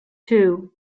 too